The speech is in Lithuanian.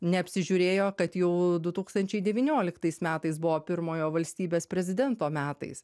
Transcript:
neapsižiūrėjo kad jau du tūkstančiai devynioliktais metais buvo pirmojo valstybės prezidento metais